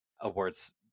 awards